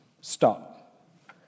Stop